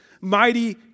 Mighty